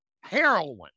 heroin